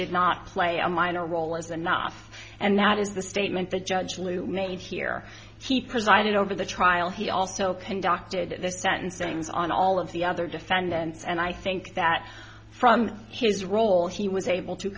did not play a minor role as enough and that is the statement the judge lou made here he presided over the trial he also conducted the sentencings on all of the other defendants and i think that from his role he was able to